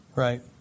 Right